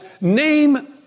name